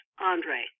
Andre